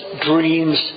dreams